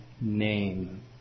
name